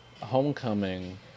Homecoming